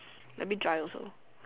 let me dry also